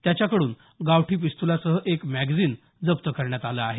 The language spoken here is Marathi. त्याच्याकडून गावठी पिस्तुलासह एक मॅगेजिन जप्त करण्यात आल आहे